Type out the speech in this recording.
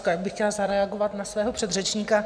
Já bych chtěla zareagovat na svého předřečníka.